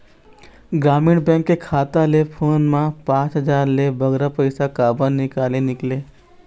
ग्रामीण बैंक के खाता ले फोन पे मा पांच हजार ले बगरा पैसा काबर निकाले निकले?